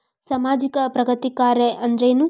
ಸಾಮಾಜಿಕ ಪ್ರಗತಿ ಕಾರ್ಯಾ ಅಂದ್ರೇನು?